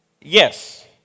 Yes